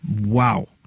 Wow